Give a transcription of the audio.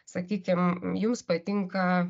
sakykim jums patinka